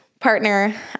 partner